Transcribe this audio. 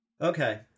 Okay